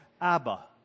Abba